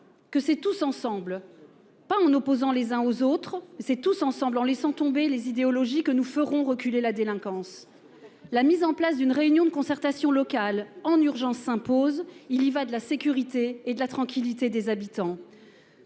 que c'est tous ensemble, pas en opposant les uns aux autres. C'est tous ensemble en laissant tomber les idéologies que nous ferons reculer la délinquance. La mise en place d'une réunion de concertation locale en urgence s'impose. Il y va de la sécurité et de la tranquillité des habitants.